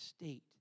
state